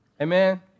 Amen